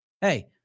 Hey